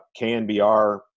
KNBR